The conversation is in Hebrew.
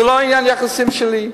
זה לא עניין היחסים שלי,